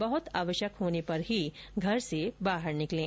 बहुत आवश्यक होने पर ही घर से बाहर निकलें